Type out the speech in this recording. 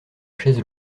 chaise